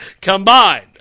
combined